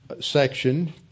section